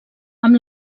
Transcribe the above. amb